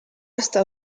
hasta